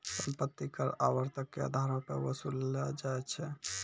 सम्पति कर आवर्तक के अधारो पे वसूललो जाय छै